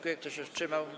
Kto się wstrzymał?